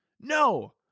no